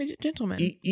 gentlemen